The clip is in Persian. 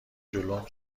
جلوم